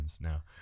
now